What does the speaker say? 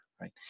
right